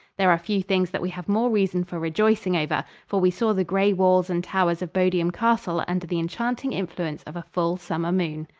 there are few things that we have more reason for rejoicing over, for we saw the gray walls and towers of bodiam castle under the enchanting influence of a full, summer moon.